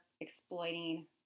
exploiting